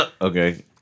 okay